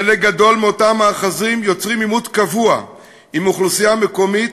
חלק גדול מאותם מאחזים יוצרים עימות קבוע עם אוכלוסייה מקומית,